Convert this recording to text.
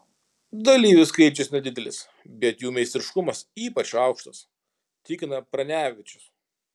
dalyvių skaičius nedidelis bet jų meistriškumas ypač aukštas tikina pranevičius